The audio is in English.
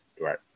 Right